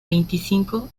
veinticinco